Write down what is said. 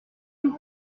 nous